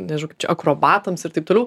nežinau čia akrobatams ir taip toliau